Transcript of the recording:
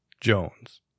Jones